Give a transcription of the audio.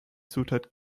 zutat